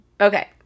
Okay